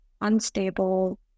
unstable